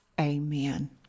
Amen